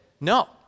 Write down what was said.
no